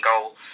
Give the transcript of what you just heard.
goal